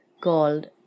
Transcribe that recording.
called